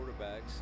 quarterbacks